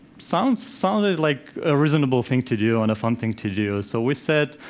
sounded sounded like a reasonable thing to do, and a fun thing to do, so we said,